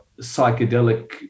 psychedelic